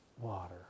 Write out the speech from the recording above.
water